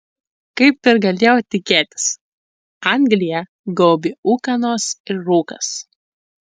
kaip ir galėjau tikėtis angliją gaubė ūkanos ir rūkas